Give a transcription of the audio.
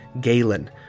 Galen